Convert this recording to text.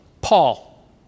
Paul